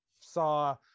saw